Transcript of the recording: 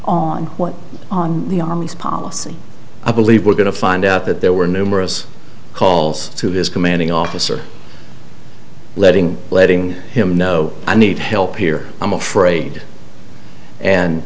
on what on the army's policy i believe we're going to find out that there were numerous calls to his commanding officer letting letting him know i need help here i'm afraid and